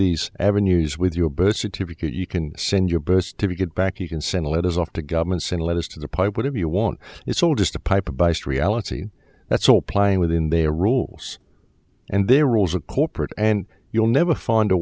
these avenues with your birth certificate you can send your birth certificate back you can send letters off to government send letters to the pipe whatever you want it's all just a pipe by street aleksey that's all playing within their rules and their rules are corporate and you'll never find a